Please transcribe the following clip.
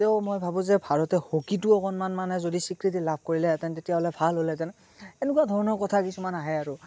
তেও মই ভাবোঁ যে ভাৰতে হকীতো অকণমান মানে যদি স্বীকৃতি লাভ কৰিলেহেঁতেন তেতিয়াহ'লে ভাল হ'লহেঁতেন এনেকুৱা ধৰণৰ কথা কিছুমান আহে আৰু